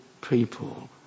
people